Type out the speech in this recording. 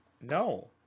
No